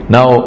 Now